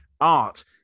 Art